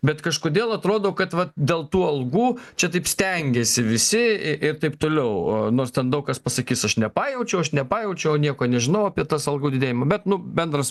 bet kažkodėl atrodo kad vat dėl tų algų čia taip stengiasi visi ir taip toliau nors ten daug kas pasakys aš nepajaučiau aš nepajaučiau nieko nežinau apie tas algų didėjimą bet bendras